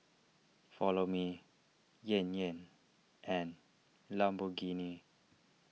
Follow Me Yan Yan and Lamborghini